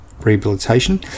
rehabilitation